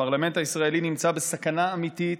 הפרלמנט הישראלי נמצא בסכנה אמיתית,